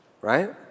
right